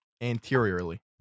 anteriorly